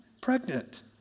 pregnant